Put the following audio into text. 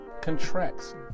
contracts